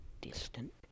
distant